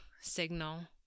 signal